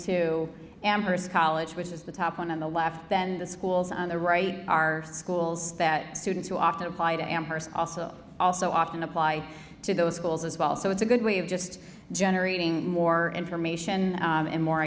to amherst college which is the top one on the left then the schools on the right are schools that students who often apply to amherst also also often apply to those schools as well so it's a good way of just generating more information and more